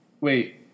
Wait